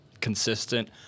Consistent